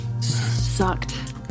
sucked